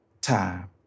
time